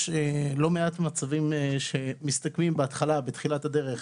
יש לא מעט מצבים שמסתכמים בהתחלה, בתחילת הדרך,